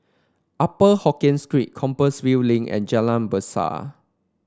Upper Hokkien Street Compassvale Link and Jalan Resak